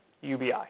UBI